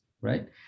right